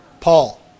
Paul